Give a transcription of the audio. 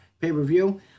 pay-per-view